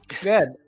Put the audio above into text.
Good